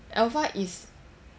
alpha is